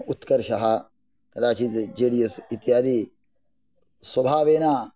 उत्कर्षः कदाचित् J D S इत्यादि स्वभावेन